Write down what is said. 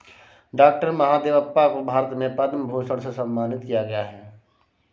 doctor Mahadevappa को भारत में पद्म भूषण से सम्मानित किया गया है